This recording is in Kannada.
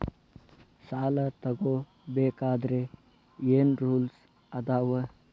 ಸಾಲ ತಗೋ ಬೇಕಾದ್ರೆ ಏನ್ ರೂಲ್ಸ್ ಅದಾವ?